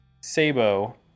Sabo